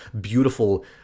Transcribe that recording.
beautiful